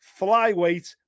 flyweight